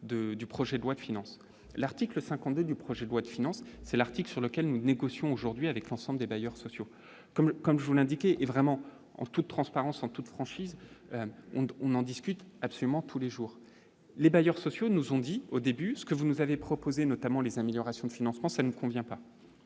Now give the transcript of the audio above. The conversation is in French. du projet de loi de finances, l'article 52 du projet de loi de finances, c'est l'article sur lequel nous négocions aujourd'hui avec l'ensemble des bailleurs sociaux, comme comme vous l'indiquez est vraiment en toute transparence, en toute franchise, on ne on en discute, absolument tous les jours, les bailleurs sociaux nous ont dit au début, ce que vous nous avez proposé notamment les améliorations de financement, ça ne convient pas,